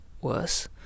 worse